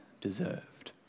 deserved